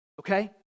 okay